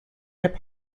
hip